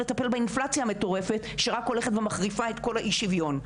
לטפל באינפלציה המטורפת שרק הולכת ומחריפה את כל האי שוויון.